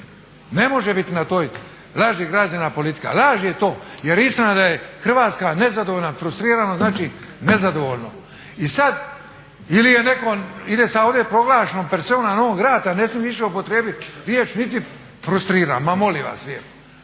Ne može biti na toj laži građena politika. Laž je to, jer istina je da je Hrvatska nezadovoljna, Frustrirano znači nezadovoljno. I sad ili je netko ili je sad ovdje proglašen …/Govornik se ne razumije./… ne smijem više upotrijebiti riječ niti frustiran. Ma molim vas lijepo!